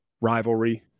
rivalry